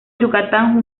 yucatán